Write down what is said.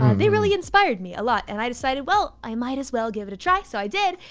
they really inspired me a lot. and i decided, well, i might as well give it a try. so i did.